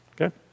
Okay